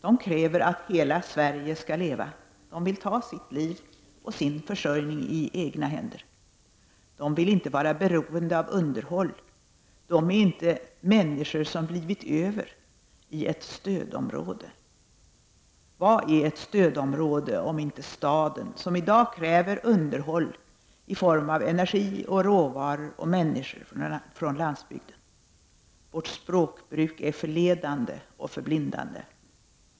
De kräver att hela Sverige skall leva, de vill ta sitt liv och sin försörjning i egna händer. De vill inte vara beroende av underhåll, de är inte ”människor som blivit över” i ett ”stödområde”! Vad är ett stödområde om inte staden, som i dag kräver underhåll i form av energi och råvaror och människor från landsbygden. Vårt språkbruk är förledande och förblindande.